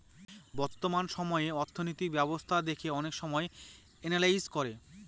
বর্তমান সময়ে অর্থনৈতিক ব্যবস্থা দেখে অনেক বিষয় এনালাইজ করে